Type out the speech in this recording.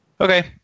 Okay